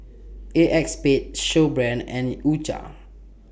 ACEXSPADE Snowbrand and U Cha